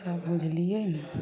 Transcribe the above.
सभ बुझलियै नऽ